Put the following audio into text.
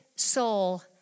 soul